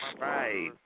Right